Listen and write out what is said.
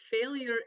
failure